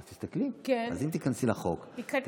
תסתכלי, אם תיכנסי לחוק, נכנסתי.